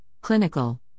clinical